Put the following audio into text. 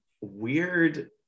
weird